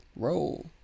roll